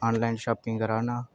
online shopping करै करनां